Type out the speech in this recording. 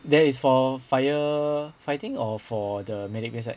that is for firefighting or for the medic that side